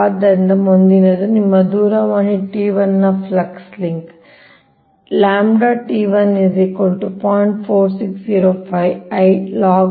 ಆದ್ದರಿಂದ ಮುಂದಿನದು ನಿಮ್ಮ ದೂರವಾಣಿ T1 ನ ಫ್ಲಕ್ಸ್ ಲಿಂಕ್